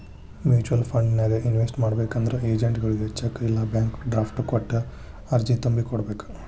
mutual ಫಂಡನ್ಯಾಗ invest ಮಾಡ್ಬೇಕಂದ್ರ ಏಜೆಂಟ್ಗಳಗಿ ಚೆಕ್ ಇಲ್ಲಾ ಬ್ಯಾಂಕ್ ಡ್ರಾಫ್ಟ್ ಕೊಟ್ಟ ಅರ್ಜಿ ತುಂಬಿ ಕೋಡ್ಬೇಕ್